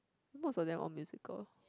most of them all musical